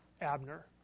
Abner